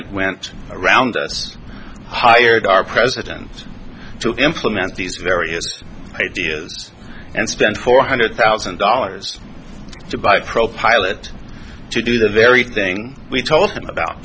nt went around us hired our president to implement these various ideas and spend four hundred thousand dollars to buy pro pilot to do the very thing we told him about